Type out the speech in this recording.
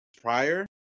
prior